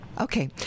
Okay